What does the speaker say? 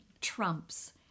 trumps